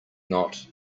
not